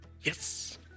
Yes